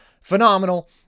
phenomenal